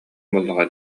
буоллаҕа